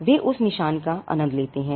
वे उस निशान का आनंद लेते हैं